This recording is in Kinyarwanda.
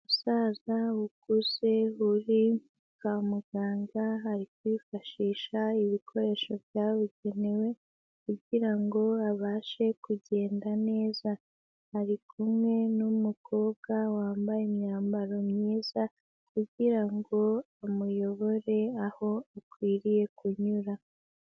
Umusaza ukuze uri kwa muganga ari kwifashisha ibikoresho byabugenewe kugira ngo abashe kugenda neza. Ari kumwe n'umukobwa wambaye imyambaro myiza, kugira ngo amuyobore aho akwiriye kunyura.